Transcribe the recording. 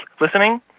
listening